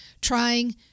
trying